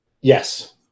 Yes